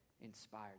inspired